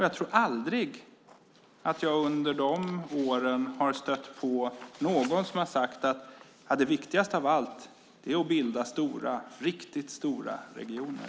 Jag tror inte att jag någonsin under de åren har stött på någon som har sagt att det viktigaste av allt är att bilda riktigt stora regioner.